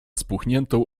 spuchniętą